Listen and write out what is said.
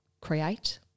create